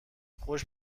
خوش